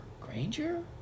Granger